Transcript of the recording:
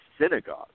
synagogue